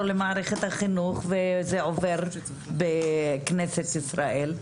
למערכת החינוך וזה עובר בכנסת ישראל?